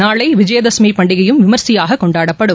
நாளை விஜயதசமி பண்டிகையும் விமரிசையாக கொண்டாடப்படும்